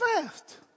fast